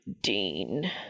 Dean